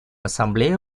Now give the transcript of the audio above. ассамблею